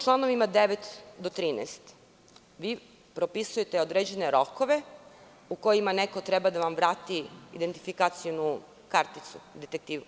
Članovima od 9. do13. vi propisujete određene rokove u kojima neko treba da vam vrati identifikacione karticu detektiva.